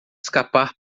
escapar